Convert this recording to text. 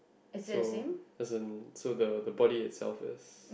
so there's a so the the body itself is